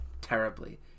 terribly